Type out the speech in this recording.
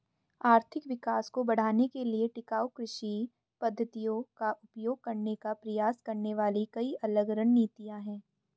आर्थिक विकास को बढ़ाने के लिए टिकाऊ कृषि पद्धतियों का उपयोग करने का प्रयास करने वाली कई अलग रणनीतियां हैं